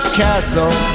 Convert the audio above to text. castle